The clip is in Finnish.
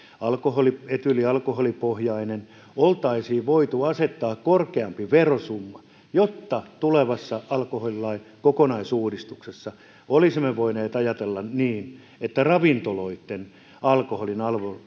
etyylialkoholipohjainen oltaisiin voitu asettaa korkeampi verosumma jotta tulevassa alkoholilain kokonaisuudistuksessa olisimme voineet ajatella niin että ravintoloitten alkoholin